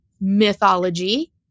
mythology